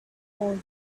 old